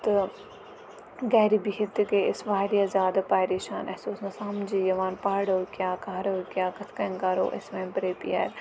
تہٕ گَرِ بِہِتھ تہِ گٔے أسۍ واریاہ زیادٕ پریشان اَسہِ اوس نہٕ سَمجھی یِوان پرو کیٛاہ کَرو کیٛاہ کٔتھ کٔنۍ کَرو أسۍ وۄنۍ پرٛپِیَر